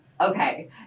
Okay